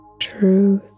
truth